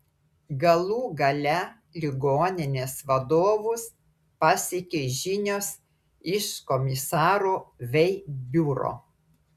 galų gale ligoninės vadovus pasiekė žinios iš komisaro vei biuro